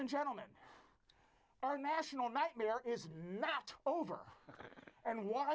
and gentlemen our national nightmare is not over and why